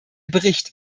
bericht